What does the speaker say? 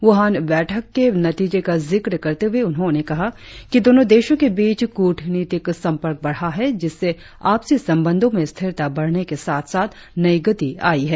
Wuhan बैठक के नतीजे का जिक्र करते हुए उन्होंने कहा कि दोनो देशों के बीच कूटनीतिक संपर्क बढ़ा है जिससे आपसी संबंधो में स्थिरता बढ़ने के साथ साथ नई गति आई है